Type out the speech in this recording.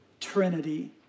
Trinity